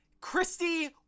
Christy